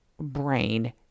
brain